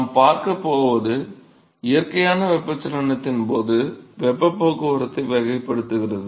நாம் பார்க்கப் போவது இயற்கையான வெப்பச்சலனத்தின் போது வெப்பப் போக்குவரத்தை வகைப்படுத்துகிறது